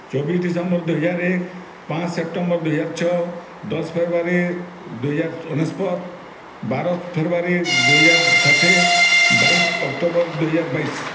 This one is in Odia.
ଚବିଶ ଡିସେମ୍ବର୍ ଦୁଇ ହଜାର ଏକ ପାଞ୍ଚ ସେପ୍ଟେମ୍ବର୍ ଦୁଇ ହଜାର ଛଅ ଦଶ ଫେବ୍ରୁୟାରୀ ଦୁଇ ହଜାର ଅନେଶୋତ ବାର ଫେବ୍ରୁୟାରୀ ଦୁଇ ହଜାର ଷାଠିଏ ବାଇଶ ଅକ୍ଟୋବର୍ ଦୁଇହଜାର ବାଇଶ